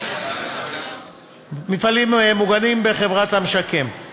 מפעלים מוגנים בחברת "המשקם";